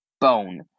bone